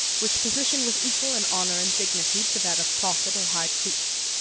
which position was equal in honor and dignity to that of prophet or high priest.